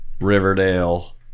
Riverdale